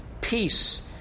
peace